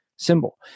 Symbol